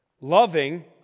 Loving